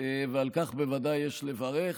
ועל כך בוודאי יש לברך.